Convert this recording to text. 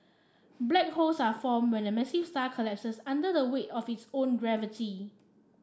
black holes are formed when a massive star collapses under the weight of its own gravity